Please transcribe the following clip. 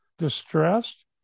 Distressed